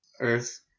Earth